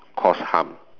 cause harm